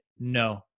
no